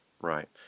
Right